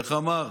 איך אמרת,